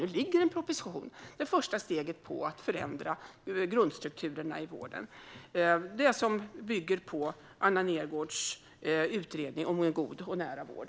Nu ligger en proposition med första steget att förändra grundstrukturerna i vården - det som bygger på Anna Nergårdhs utredning om en god och nära vård.